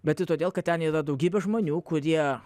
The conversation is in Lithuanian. bet ir todėl kad ten yra daugybė žmonių kurie